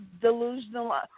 delusional